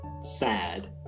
sad